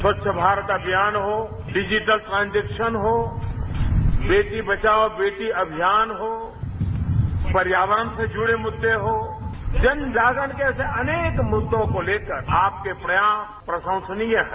स्वच्छ भारत अभियान हो digital transaction हो बेटी बचाओ बेटी पढ़ाओ अभियान हो पर्यावरण से जुड़े मुद्दे हों जन जागरण जैसे अनेक मुद्दों को लेकर आपके प्रयास प्रशंसनीय हैं